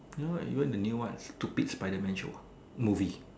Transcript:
ya even the new one stupid Spiderman show ah movie